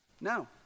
No